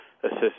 assistance